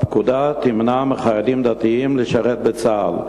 הפקודה תמנע מחיילים דתיים לשרת בצה"ל.